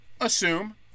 assume